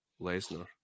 Lesnar